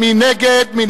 מי